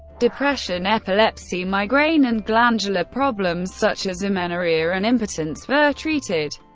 depression, epilepsy, migraine, and glandular problems such as amenorrhea and impotence were treated,